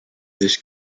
this